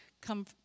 come